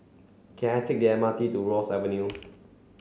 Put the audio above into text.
can I take the M R T to Ross Avenue